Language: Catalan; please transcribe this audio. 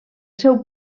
seu